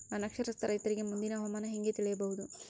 ಅನಕ್ಷರಸ್ಥ ರೈತರಿಗೆ ಮುಂದಿನ ಹವಾಮಾನ ಹೆಂಗೆ ತಿಳಿಯಬಹುದು?